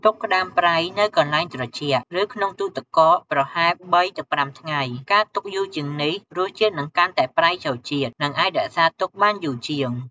ទុកក្ដាមប្រៃនៅ កន្លែងត្រជាក់ ឬក្នុងទូទឹកកក ប្រហែល ៣ ទៅ ៥ ថ្ងៃ ការទុកយូរជាងនេះ រសជាតិនឹងកាន់តែប្រៃចូលជាតិ និងអាចរក្សាទុកបានយូរជាង។